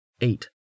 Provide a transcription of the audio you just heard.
eight